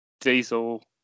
Diesel